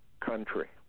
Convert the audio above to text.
country